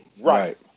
Right